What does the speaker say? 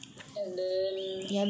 and then